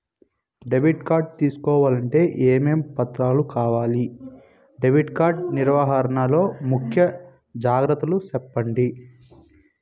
Debit card తీసుకోవాలంటే ఏమేమి పత్రాలు కావాలి? డెబిట్ కార్డు నిర్వహణ లో ముఖ్య జాగ్రత్తలు సెప్పండి?